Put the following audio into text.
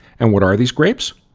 and what are these grapes?